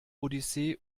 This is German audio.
odyssee